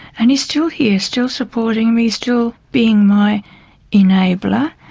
and he's still here, still supporting me, still being my enabler,